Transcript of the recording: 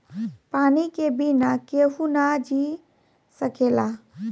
पानी के बिना केहू ना जी सकेला